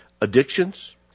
addictions